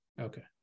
okay